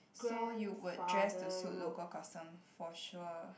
so you would dress to suit local custom for sure